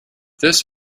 this